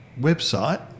website